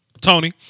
Tony